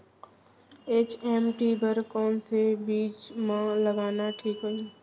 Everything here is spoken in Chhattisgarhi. एच.एम.टी बर कौन से बीज मा लगाना ठीक होही?